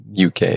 UK